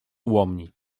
ułomni